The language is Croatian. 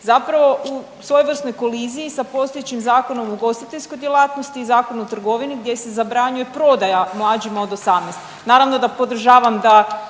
zapravo u svojevrsnoj koliziji sa postojećim Zakonom o ugostiteljskoj djelatnosti i Zakonom o trgovini gdje se zabranjuje prodaja mlađima od 18.,